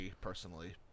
personally